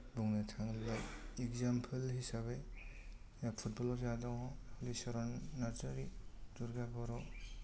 बुंनो थाङोब्ला एग्जाम्पोल हिसाबै फुटबलार जोंहा दङ हलिचरन नार्जारी दुर्गा बर'